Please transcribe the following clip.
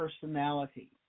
personality